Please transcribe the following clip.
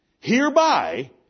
Hereby